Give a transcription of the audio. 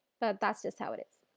but that's just how it is.